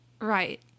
Right